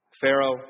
Pharaoh